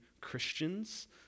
Christians